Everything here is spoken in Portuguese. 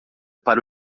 para